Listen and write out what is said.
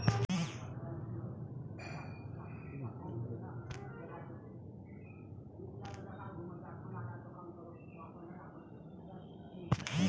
बित्त मंत्रालय भारतक ट्रेजरी जकाँ काज करै छै